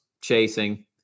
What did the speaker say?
chasing